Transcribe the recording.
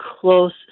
close